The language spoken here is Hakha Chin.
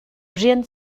rian